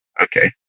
Okay